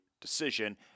decision